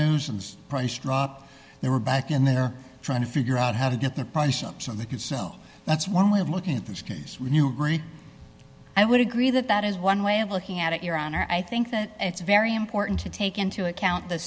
and price drop they were back in there trying to figure out how to get the punch ups and they could so that's one way of looking at this case we knew agree i would agree that that is one way of looking at it your honor i think that it's very important to take into account the